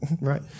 right